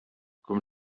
com